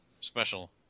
special